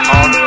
on